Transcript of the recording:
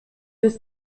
des